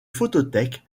photothèque